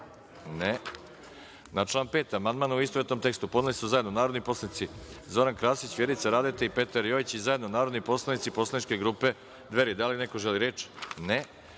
(Ne)Na član 35. amandman, u istovetnom tekstu, podneli su zajedno narodni poslanici Zoran Krasić, Vjerica Radeta i Nemanja Šarović, i zajedno narodni poslanici Poslaničke grupe Dveri. Da li neko želi reč?